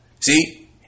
See